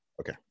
Okay